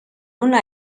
una